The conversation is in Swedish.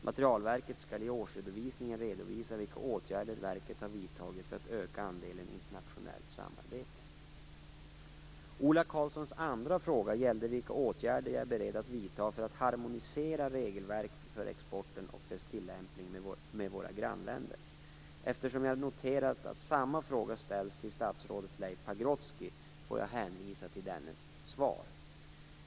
Materielverket skall i årsredovisningen redovisa vilka åtgärder verket har vidtagit för att öka andelen internationellt samarbete. Ola Karlssons andra fråga gällde vilka åtgärder jag är beredd att vidta för att harmonisera regelverk för exporten och dess tillämpning med våra grannländer. Eftersom jag noterat att samma fråga ställts till statsrådet Leif Pagrotsky får jag hänvisa till dennes svar.